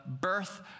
birth